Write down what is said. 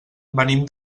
venim